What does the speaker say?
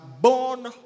born